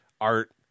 art